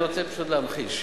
אני רוצה פשוט להמחיש,